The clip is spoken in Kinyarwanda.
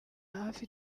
hafi